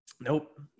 Nope